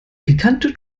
pikante